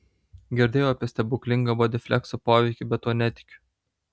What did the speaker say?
girdėjau apie stebuklinga bodiflekso poveikį bet tuo netikiu